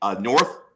North